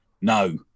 No